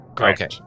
Okay